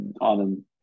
on